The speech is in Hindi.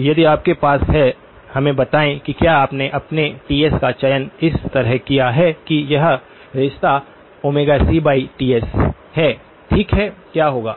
0यदि आपके पास है हमें बताएं कि क्या आपने अपने Ts का चयन इस तरह किया है कि यह रिश्ता cTs है ठीक है क्या होगा